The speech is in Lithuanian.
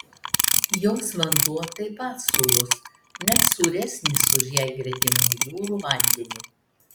jos vanduo taip pat sūrus net sūresnis už jai gretimų jūrų vandenį